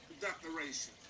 declaration